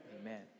Amen